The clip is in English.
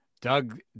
Doug